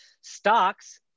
stocks